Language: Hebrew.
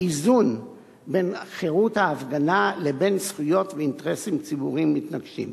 איזון בין חירות ההפגנה לבין זכויות ואינטרסים ציבוריים מתנגשים.